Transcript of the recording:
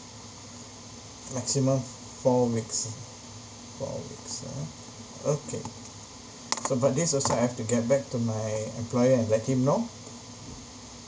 maximum four weeks uh four weeks ah okay so but this also I have to get back to my employer and let him know